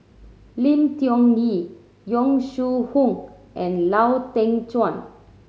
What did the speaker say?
Lim Tiong Ghee Yong Shu Hoong and Lau Teng Chuan